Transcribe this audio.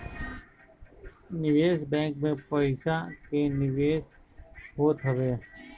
निवेश बैंक में पईसा के निवेश होत हवे